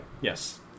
yes